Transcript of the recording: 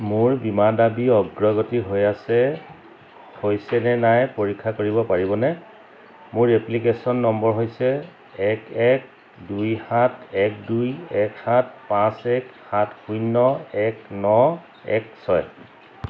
মোৰ বীমা দাবী অগ্ৰগতি হৈ আছে হৈছে নে নাই পৰীক্ষা কৰিব পাৰিবনে মোৰ এপ্লিকেচন নম্বৰ হৈছে এক এক দুই সাত এক দুই এক সাত পাঁচ এক সাত শূন্য এক ন এক ছয়